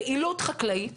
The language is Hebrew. פעילות חקלאית